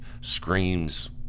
screams